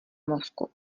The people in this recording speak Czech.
mozku